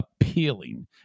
appealing